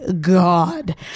god